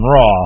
Raw